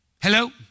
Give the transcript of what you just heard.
Hello